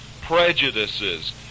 prejudices